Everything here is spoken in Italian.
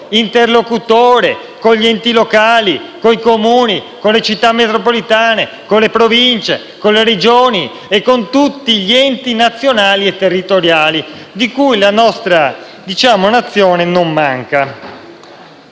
interlocutore con gli enti locali, coi Comuni, con le Città metropolitane, con le Province, con le Regioni e con tutti gli enti nazionali e territoriali di cui la nostra Nazione non manca.